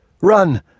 run